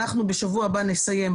אנחנו בשבוע הבא נסיים,